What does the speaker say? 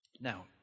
Now